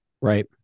Right